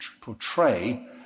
portray